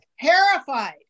terrified